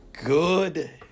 Good